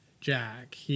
Jack